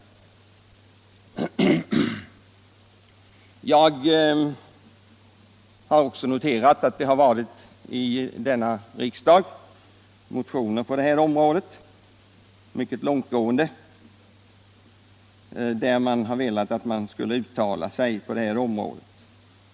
Vidare har jag noterat att det här i riksdagen väckts mycket långtgående motioner på området, där det föreslagits att riksdagen skulle göra uttalanden i samma riktning.